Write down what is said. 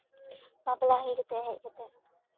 ᱵᱟᱯᱞᱟ ᱦᱩᱭ ᱠᱟᱛᱮᱜ ᱦᱮᱡ ᱠᱟᱛᱮᱜ